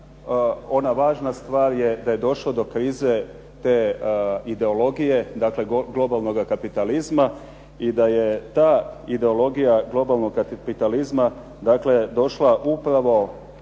ona važna stvar je da je došlo do krize te ideologije. Dakle, globalnoga kapitalizma i da je ta ideologija globalnog kapitalizma dakle došla upravo